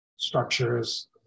Structures